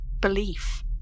belief